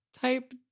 type